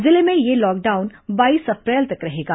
जिले में यह लॉकडाउन बाईस अप्रैल तक रहेगा